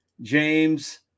James